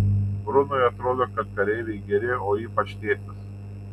brunui atrodo kad kareiviai geri o ypač tėtis